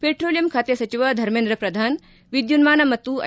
petroleum ಬಾತೆ ಸಚಿವ ಧರ್ಮೇಂದ್ರ ಪ್ರಧಾನ್ ವಿದ್ಯುನ್ಮಾನ ಮತ್ತು ಐ